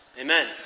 Amen